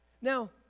Now